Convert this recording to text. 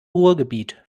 ruhrgebiet